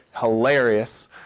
hilarious